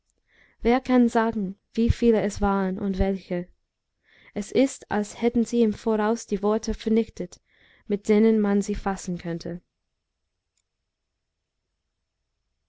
wer kann sagen wie viele es waren und welche es ist als hätten sie im voraus die worte vernichtet mit denen man sie fassen könnte